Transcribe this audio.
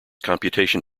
computation